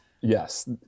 yes